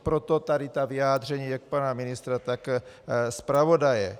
Proto tady ta vyjádření jak pana ministra, tak zpravodaje.